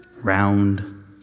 round